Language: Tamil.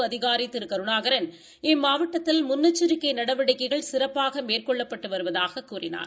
சிறப்பு அதிகாரி திரு கருணாரன் இம்மாவட்டத்தில் முன்னெச்சரிக்கை நடவடிக்கைகள் சிறப்பாக மேற்கொள்ளப்பட்டு வருவதாகக் கூறினார்